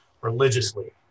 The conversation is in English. religiously